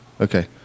Okay